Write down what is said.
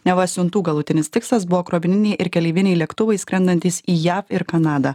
neva siuntų galutinis tikslas buvo krovininiai ir keleiviniai lėktuvai skrendantys į jav ir kanadą